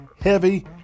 heavy